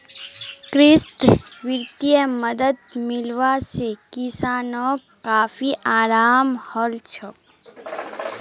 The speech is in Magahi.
कृषित वित्तीय मदद मिलवा से किसानोंक काफी अराम हलछोक